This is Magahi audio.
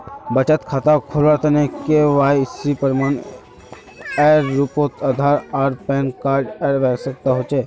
बचत खता खोलावार तने के.वाइ.सी प्रमाण एर रूपोत आधार आर पैन कार्ड एर आवश्यकता होचे